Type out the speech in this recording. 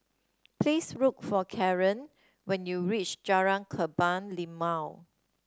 please look for Caron when you reach Jalan Kebun Limau